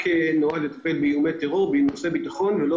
הייתה